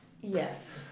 Yes